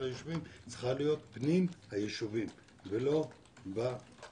היישובים צריכה להיות פנים היישובים ולא באזור,